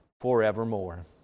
forevermore